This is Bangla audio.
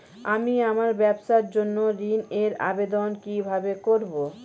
আমি আমার ব্যবসার জন্য ঋণ এর আবেদন কিভাবে করব?